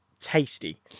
tasty